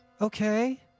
Okay